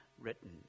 Written